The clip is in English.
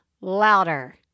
louder